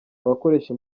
abakoresha